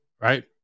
right